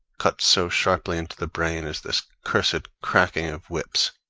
cuts so sharply into the brain as this cursed ah cracking of whips